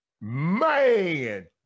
Man